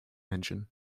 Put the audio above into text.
engine